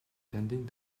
attending